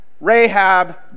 Rahab